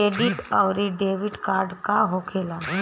Credit आउरी debit card का होखेला?